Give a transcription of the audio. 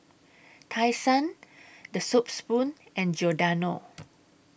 Tai Sun The Soup Spoon and Giordano